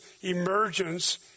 emergence